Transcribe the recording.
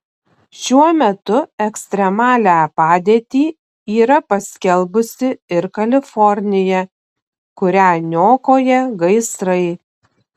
šiuo metu ekstremalią padėtį yra paskelbusi ir kalifornija kurią niokoja gaisrai